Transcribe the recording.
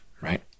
right